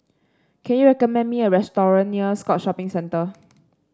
can you recommend me a near Scotts Shopping Centre